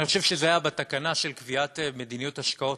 אני חושב שזה היה בתקנה של קביעת מדיניות השקעות,